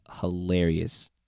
hilarious